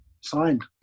signed